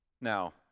Now